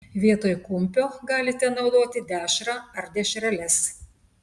vietoj kumpio galite naudoti dešrą ar dešreles